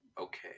okay